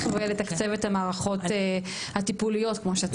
ולתקצב את המערכות הטיפוליות כמו שצריך.